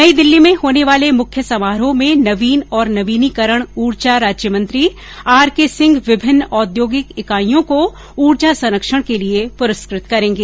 नई दिल्ली में होने वाले मुख्य समारोह में नवीन और नवीकरणीय उर्जा राज्यमंत्री आर के सिंह विभिन्न औद्योगिक इकाईयों को उर्जा संरक्षण के लिए पुरस्कृत करेंगे